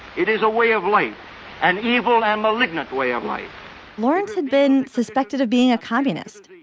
it is a way of life and evil and malignant way of life lawrence had been suspected of being a communist.